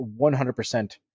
100%